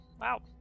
Wow